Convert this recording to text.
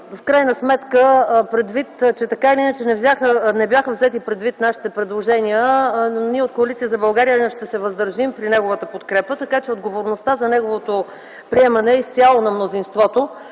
В крайна сметка, предвид че нашите предложения не бяха взети предвид, ние от Коалиция за България ще се въздържим при неговата подкрепа, така че отговорността за неговото приемане е изцяло на мнозинството.